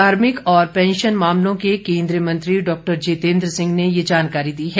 कार्मिक और पेंशन मामलों के केंद्रीय मंत्री डॉक्टर जितेन्द्र सिंह ने यह जानकारी दी है